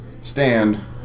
stand